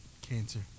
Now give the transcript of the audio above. Cancer